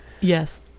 Yes